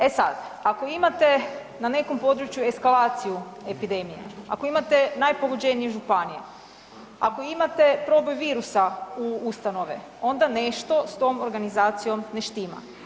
E sad, ako imate na nekom području eskalaciju epidemije, ako imate najpogođenije županije, ako imate proboj virusa u ustanove onda nešto sa tom organizacijom ne štima.